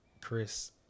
Chris